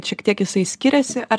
šiek tiek jisai skiriasi ar